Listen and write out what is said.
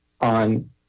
on